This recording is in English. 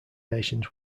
nations